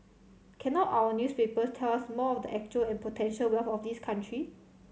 cannot our newspapers tell us more of the actual and potential wealth of this country